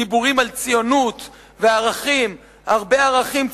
דיבורים על ציונות וערכים, הרבה ערכים ציוניים,